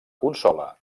consola